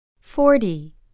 forty